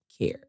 care